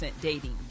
dating